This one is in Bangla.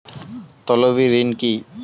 তলবি ঋণ কি?